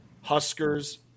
Huskers